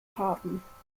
haben